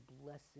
blessing